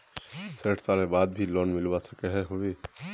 सैट सालेर बाद भी लोन मिलवा सकोहो होबे?